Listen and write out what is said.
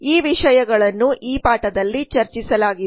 ಈ ವಿಷಯಗಳನ್ನು ಈ ಪಾಠದಲ್ಲಿ ಚರ್ಚಿಸಲಾಗಿದೆ